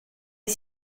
est